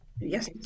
Yes